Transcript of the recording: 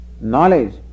knowledge